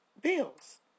bills